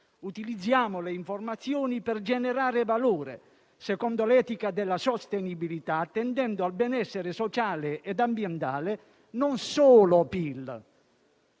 Utilizziamo le informazioni per generare valore, secondo l'etica della sostenibilità, attendendo al benessere sociale e ambientale. Non solo PIL: